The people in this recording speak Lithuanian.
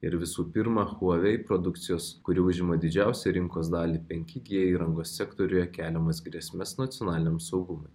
ir visų pirma huawei produkcijos kuri užima didžiausią rinkos dalį penki g įrangos sektoriuje keliamas grėsmes nacionaliniam saugumui